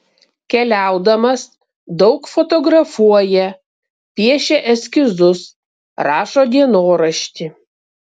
keliaudamas daug fotografuoja piešia eskizus rašo dienoraštį